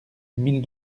mille